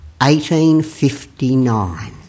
1859